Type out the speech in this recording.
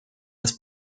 las